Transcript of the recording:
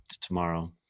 Tomorrow